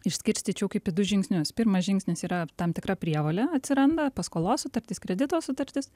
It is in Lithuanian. išskirstyčiau kaip į du žingsnius pirmas žingsnis yra tam tikra prievolė atsiranda paskolos sutartis kredito sutartis